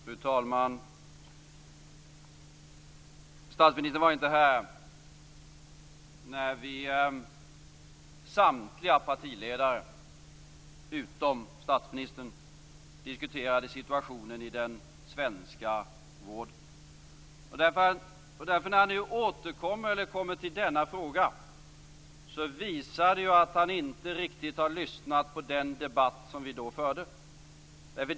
Fru talman! Statsministern var inte här när vi, samtliga partiledare utom statsministern, diskuterade situationen i den svenska vården. När han nu återkommer till denna fråga visar det att han inte riktigt har lyssnat på den debatt som vi då förde.